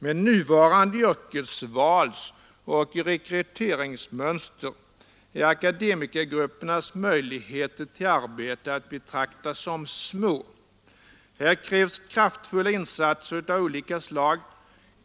Med nuvarande yrkesvalsoch rekryteringsmönster är akademikergruppernas möjligheter till arbete att betrakta som små. Här krävs kraftfulla insatser av olika slag.